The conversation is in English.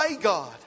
God